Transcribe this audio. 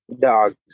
Dogs